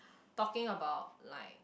talking about like